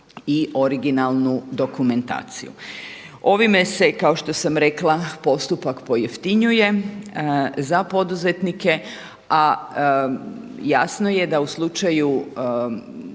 i originalnu dokumentaciju. Ovime se kao što sam rekla postupak pojeftinjuje za poduzetnike, a jasno je da u slučaju